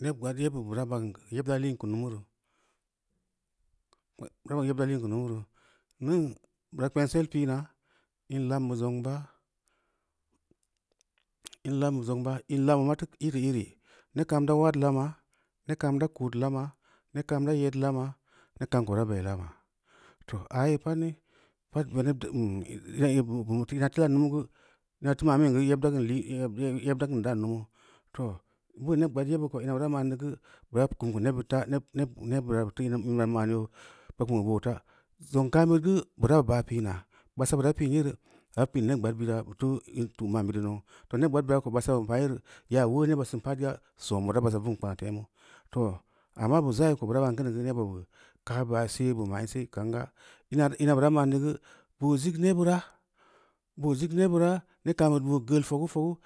Neb gbad yeba beu bira bagn yeb keu yeb da liin lumu roo, yeb da lii keu lunu roo, ning, bura kpensel pina, in combeu zong ba, in lam beu zong ba, in lambeu reu ma teu irē-iri, neb kam deu wad lama, neb kam da kod lama, neb kam do yed lana neb kam ko du bei lama, boo aa yee pad ni pad veneb kuma ina teu ma’min geu yeb dan liin, yeb dan dan lumu foo beu neb gbaad yeb bu ko īna bura ma’n neu geu bura kunu keu nebbid ta, neb neb neb bira buteu in bira ma’n you, bagn keu boo fa zong kambu geu bura ba’ pi’na basa bura pi’n yere bara pi’n neb gbaad bira bu teu fu ma’n neu neu, too neb gbaad bira ko basa bu pa yere yaa ulueu neba sin pad ga, san bura ba fu’n kpang temu, too amma bu za’ī ko bura bam sinugeu bu kaa ba’ see, bu ma’in see, too ka’n ga, m̄a bura ma’n neu boo zig neb bura, boo zig neb bura neb kam bid boo gal fogūfogu,